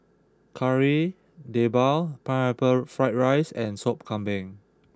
Kari Debal Pineapple Fried Rice and Sop Kambing